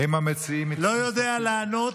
אדוני השר, לא יודע לענות.